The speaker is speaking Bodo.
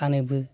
फानोबो